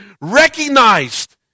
recognized